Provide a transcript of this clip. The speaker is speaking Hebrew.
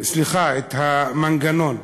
סליחה, את המנגנון,